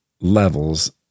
levels